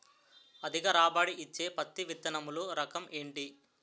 అధిక రాబడి ఇచ్చే పత్తి విత్తనములు రకం ఏంటి?